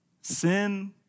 Sin